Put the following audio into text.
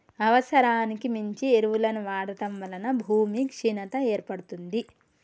అవసరానికి మించి ఎరువులను వాడటం వలన భూమి క్షీణత ఏర్పడుతుంది